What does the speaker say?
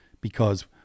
Because-